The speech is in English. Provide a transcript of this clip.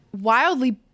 wildly